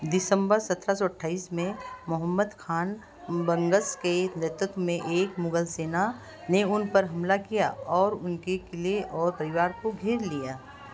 दिसंबर सत्रह सौ अठाईस में मुहम्मद ख़ान बंगश के नेतृत्व में एक मुग़ल सेना ने उनपर हमला किया और उनके क़िले और परिवार को घेर लिया